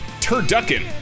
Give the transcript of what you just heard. turducken